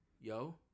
Yo